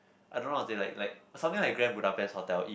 I don't know how to say like like something like Grand Budapest Hotel it